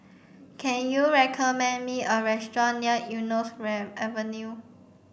can you recommend me a restaurant near Eunos Avenue